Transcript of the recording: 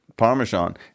parmesan